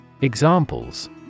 Examples